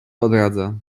odradza